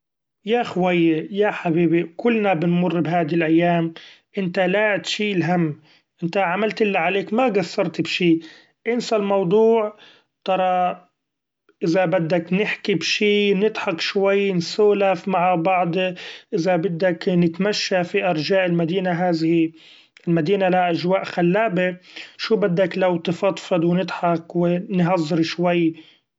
يا خويي يا حبيبي كلنا بنمر بهادي الأيام انت لا تشيل هم انت عملت الي عليك ما قصرت بشي ، انسي الموضوع ترا إذا بدك نجكي بشي ، نضحك شوي نسولف مع بعض إذا بدك نتمشي في أرجاء المدينة هذه ، المدينة لها أجواء خلابي شو بدك لو تفضفض و نضحك و نهزر شوي.